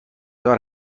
دار